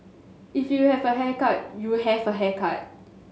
if you have a haircut you have a haircut